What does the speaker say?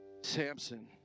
Samson